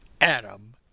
Adam